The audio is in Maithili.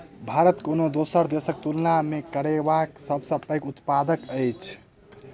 भारत कोनो दोसर देसक तुलना मे केराक सबसे पैघ उत्पादक अछि